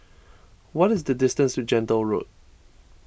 what is the distance to Gentle Road